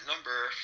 Number